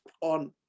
on